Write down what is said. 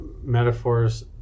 metaphors